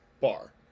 bar